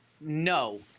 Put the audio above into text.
No